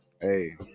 Hey